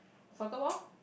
soccer ball